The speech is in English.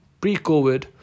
Pre-COVID